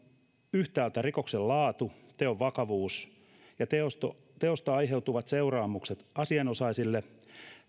yhtäältä rikoksen laatu teon vakavuus ja teosta teosta aiheutuvat seuraamukset asianosaisille